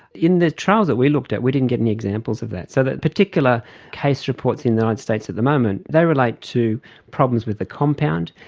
in the trials that we looked at, we didn't get any examples of that. so the particular case reports in the united states at the moment, they relate to problems with the compound,